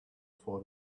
for